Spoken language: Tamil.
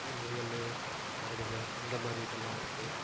இந்த முயல் கரடிங்கள் அந்த மாதிரி இதெலாம் இருக்குது